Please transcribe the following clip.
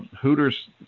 Hooters